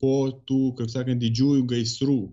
po tų kaip sakant didžiųjų gaisrų